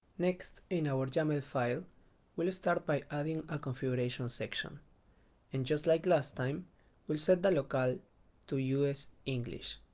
next in our yaml file we'll start by adding a configuration section and just like last time we'll set the locale to us english